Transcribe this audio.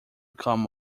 come